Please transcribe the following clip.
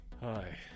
Hi